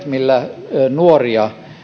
millä